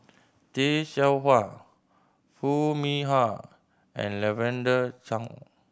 Tay Seow Huah Foo Mee Har and Lavender Chang